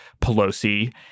Pelosi